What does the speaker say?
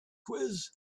quiz